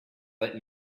let